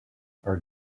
are